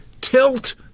tilt